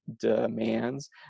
demands